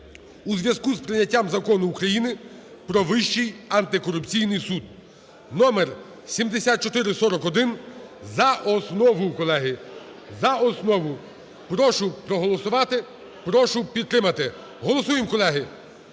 у зв'язку з прийняттям Закону України "Про Вищий антикорупційний суд" (№ 7441) за основу, колеги, за основу. Прошу проголосувати, прошу підтримати. Голосуємо, колеги,